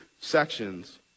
sections